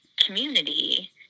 community